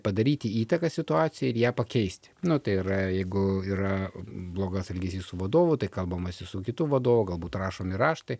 padaryti įtaką situacijai ir ją pakeisti nu tai yra jeigu yra blogas elgesys su vadovu tai kalbamasi su kitu vadovu galbūt rašomi raštai